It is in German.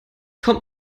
kommt